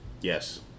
Yes